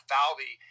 Falvey